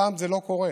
הפעם זה לא קורה,